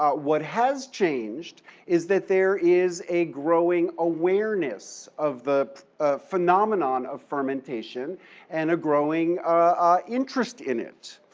ah what has changed is that there is a growing awareness of the phenomenon of fermentation and a growing ah interest in it.